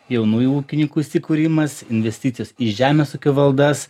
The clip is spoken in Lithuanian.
jaunųjų ūkininkų įsikūrimas investicijos į žemės ūkio valdas